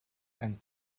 and